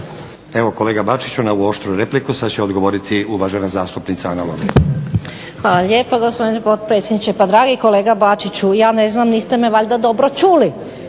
Evo kolega Bačiću na ovu oštru repliku sada će odgovoriti uvažena zastupnica Ana Lovrin. **Lovrin, Ana (HDZ)** Hvala lijepo gospodine potpredsjedniče. Pa dragi kolega Bačiću ja ne znam, niste me valjda dobro čuli.